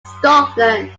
scotland